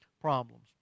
problems